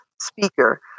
speaker